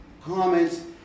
comments